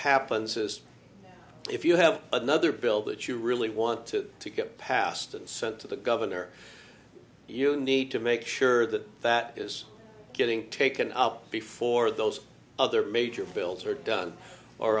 happens is if you have another bill that you really want to to get passed and sent to the governor you need to make sure that that is getting taken up before those other major bills are done or